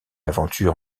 aventure